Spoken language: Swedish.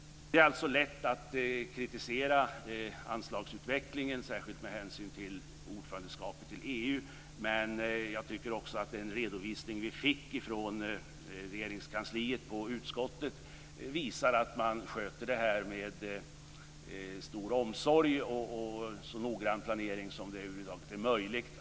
Det är alltså lätt att kritisera anslagsutvecklingen, särskilt med hänsyn till ordförandeskapet i EU. Men jag tycker också att den redovisning från Regeringskansliet som vi fick i utskottet visar att man sköter det här med stor omsorg och med så noggrann planering som det över huvud taget är möjligt.